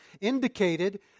indicated